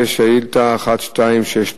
ושאילתא 1269,